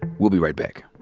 we'll be right back.